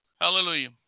Hallelujah